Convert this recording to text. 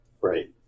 Right